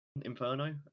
inferno